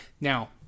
now